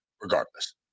Regardless